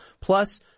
plus